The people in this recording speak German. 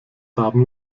haben